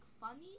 funny